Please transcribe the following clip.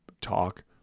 talk